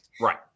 right